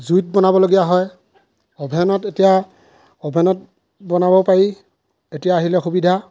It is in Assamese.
জুইত বনাবলগীয়া হয় অ'ভেনত এতিয়া অ'ভেনত বনাব পাৰি এতিয়া আহিলে সুবিধা